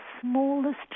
smallest